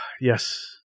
yes